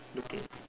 looking